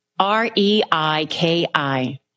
R-E-I-K-I